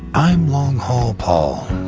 i'm long haul paul.